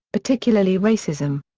particularly racism.